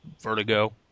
Vertigo